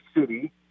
city